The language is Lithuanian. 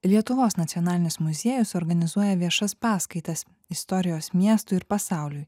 lietuvos nacionalinis muziejus organizuoja viešas paskaitas istorijos miestui ir pasauliui